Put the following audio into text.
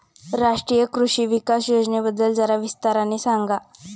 राष्ट्रीय कृषि विकास योजनेबद्दल जरा विस्ताराने सांगा